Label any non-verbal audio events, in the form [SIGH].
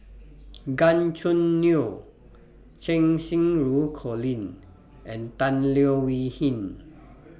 [NOISE] Gan Choo Neo Cheng Xinru Colin and Tan Leo Wee Hin